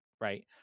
right